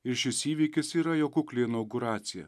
ir šis įvykis yra jo kukli inauguracija